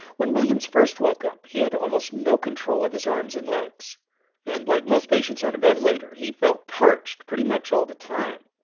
when williams first woke up, he had almost no control of his arms and legs and, like most patients on a ventilator, he felt parched pretty much all the time.